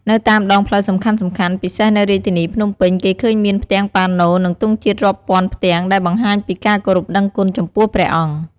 នៅតាមដងផ្លូវសំខាន់ៗ ពិសេសនៅរាជធានីភ្នំពេញ គេឃើញមានផ្ទាំងប៉ាណូ និងទង់ជាតិរាប់ពាន់ផ្ទាំងដែលបង្ហាញពីការគោរពដឹងគុណចំពោះព្រះអង្គ។